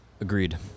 Agreed